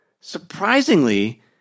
Surprisingly